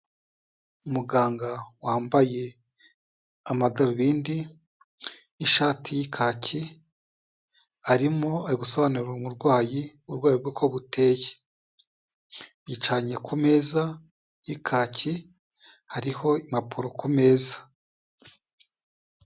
Muganga wambaye amadarubindi, ishati y'ikaki, arimo ari gusobanura umurwayi uko uburwayi bwe uko buteye. Yicaranye ku meza y'ikaki hariho impapuro ku meza.